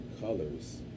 colors